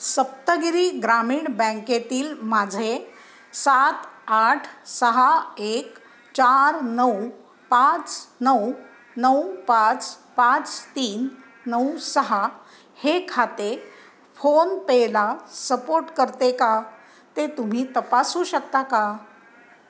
सप्तगिरी ग्रामीण बँकेतील माझे सात आठ सहा एक चार नऊ पाच नऊ नऊ पाच पाच तीन नऊ सहा हे खाते फोनपेला सपोर्ट करते का ते तुम्ही तपासू शकता का